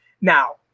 Now